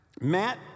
Matt